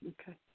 Okay